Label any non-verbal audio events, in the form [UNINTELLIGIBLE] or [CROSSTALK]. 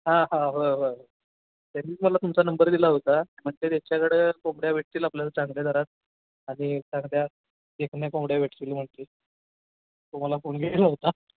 हां हां हो हो हो त्यांनीच मला तुमचा नंबर दिला होता [UNINTELLIGIBLE] याच्याकडं कोंबड्या भेटतील आपल्याला चांगल्या दरात आणि चांगल्या देखण्या कोंबड्या भेटतील म्हटले तुम्हाला फोन गेला होता